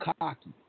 cocky